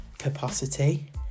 capacity